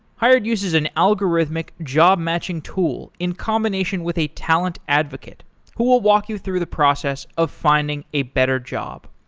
hired uses an algorithmic job-matching tool in combination with a talent advocate who will walk you through the process of finding a better job.